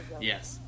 yes